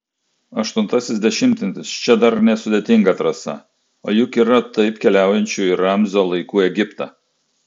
aštuntasis dešimtmetis čia dar nesudėtinga trasa o juk yra taip keliaujančių į ramzio laikų egiptą